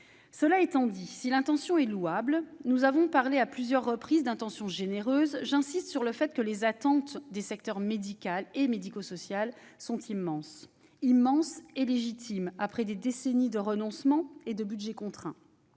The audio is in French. Cela étant, si l'intention est louable- nous avons parlé à plusieurs reprises d'intention généreuse -, j'insiste sur le fait que les attentes des secteurs médical et médico-social sont immenses et légitimes, après des décennies de renoncement et de budgets contraints.